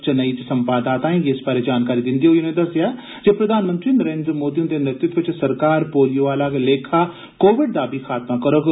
चेन्नई च संवाददाताएं गी इस बारै जानकारी दिंदे होई उनें दस्सेआ जे प्रधानमंत्री नरेन्द्र मोदी हुंदे नेतृत्व च सरकार पोलियो आहला गै लेखा कोविड दा बी खात्मा करोग